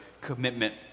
commitment